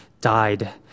died